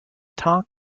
tant